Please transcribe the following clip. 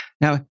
Now